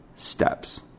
steps